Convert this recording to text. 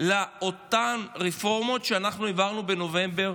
לאותן רפורמות שאנחנו העברנו בנובמבר